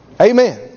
Amen